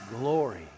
glory